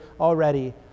already